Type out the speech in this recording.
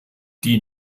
die